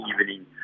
evening